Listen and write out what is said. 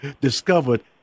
discovered